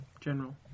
General